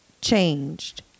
changed